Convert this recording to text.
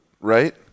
right